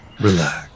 Relax